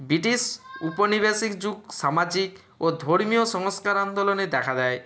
British উপনিবেশিক যুগ সামাজিক ও ধর্মীয় সংস্কার আন্দোলনে দেখা দেয়